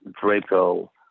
draco